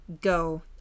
Go